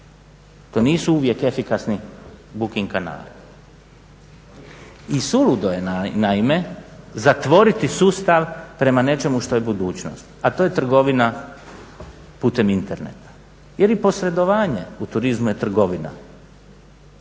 to nisu uvijek efikasni booking kanali. I suludo je naime zatvoriti sustav prema nečemu što je budućnost, a to je trgovima putem interneta ili posredovanje u turizmu je trgovina